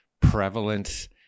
prevalence